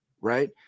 right